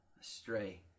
astray